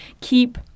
keep